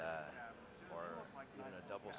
a double